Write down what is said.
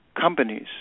companies